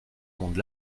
monde